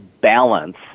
balance